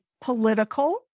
political